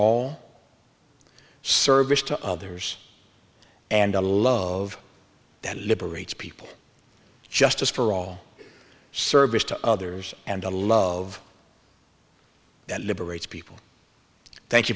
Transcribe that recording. all service to others and a love that liberates people justice for all service to others and to love liberates people thank you